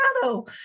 Colorado